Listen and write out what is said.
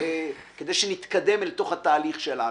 כדי שנתקדם אל תוך התהליך שלנו,